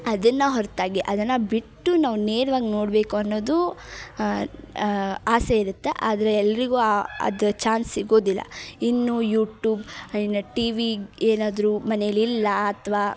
ಅದನ್ನು ಹೊರತಾಗಿ ಅದನ್ನು ಬಿಟ್ಟು ನಾವು ನೇರ್ವಾಗಿ ನೋಡಬೇಕು ಅನ್ನೋದು ಆಸೆ ಇರತ್ತೆ ಆದರೆ ಎಲ್ಲರಿಗೂ ಅದು ಚಾನ್ಸ್ ಸಿಗೋದಿಲ್ಲ ಇನ್ನು ಯೂಟೂಬ್ ಇನ್ನು ಟಿವಿ ಏನಾದರೂ ಮನೆಯಲ್ಲಿಲ್ಲ ಅಥವಾ